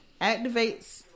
activates